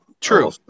true